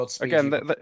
Again